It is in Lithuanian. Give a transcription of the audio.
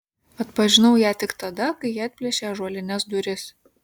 atpažinau ją tik tada kai ji atplėšė ąžuolines duris